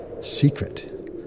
secret